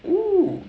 !woo!